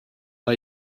pas